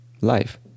Life